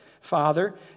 Father